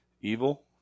evil